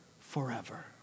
forever